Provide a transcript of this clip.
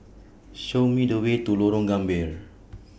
Show Me The Way to Lorong Gambir